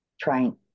trying